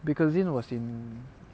Bakerzin was in